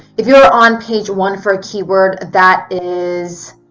if you're on page one for a keyword that is,